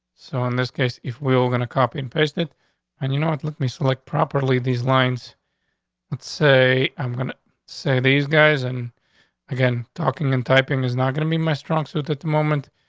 so in this case, if we're gonna copy and paste it and you know, it looked me so, like, properly these lines let's say i'm gonna say these guys and again talking and typing is not gonna be my strong suit. at the moment.